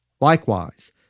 Likewise